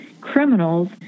criminals